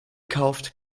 kauft